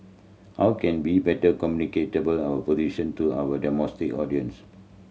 how can we better communicate our position to our domestic audience